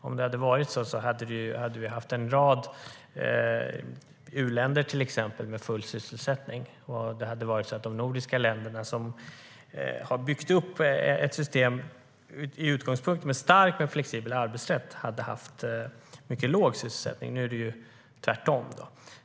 Om det hade varit så hade vi till exempel haft en rad u-länder med full sysselsättning, och de nordiska länderna, som har byggt upp ett system med utgångspunkt från en stark men flexibel arbetsrätt, hade haft en mycket låg sysselsättning. Nu är det ju tvärtom.